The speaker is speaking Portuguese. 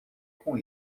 com